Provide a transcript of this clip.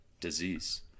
disease